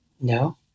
No